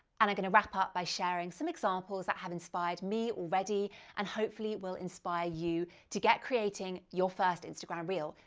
and i'm gonna wrap up by sharing some examples that have inspired me already and hopefully, will inspire you to get creating your first instagram reel.